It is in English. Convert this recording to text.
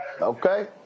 Okay